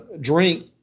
Drink